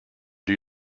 die